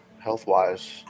health-wise